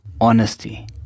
honesty